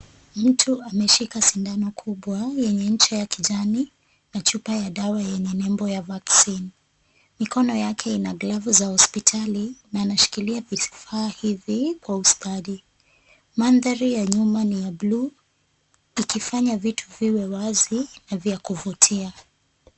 Mtu ameshika sindano kubwa yenye ncha ya kijani na chupa ya dawa yenye nembo ya Vaccine .Mikono yake ina glavu za hospitali na anashikilia vifaa hivi kwa ustadi. Maandhari ya nyuma ni ya blue ikifanya vitu viwe wazi na vya kuvutia.